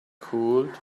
cooled